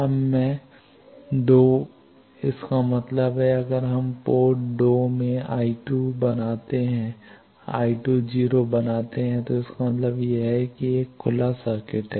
अब मैं दो इसका मतलब है अगर हम पोर्ट 2 में I2 0 बनाते हैं तो इसका मतलब है कि यह एक खुला सर्किट है